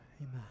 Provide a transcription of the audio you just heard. Amen